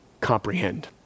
comprehend